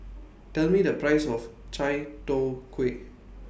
Tell Me The Price of Chai Tow Kuay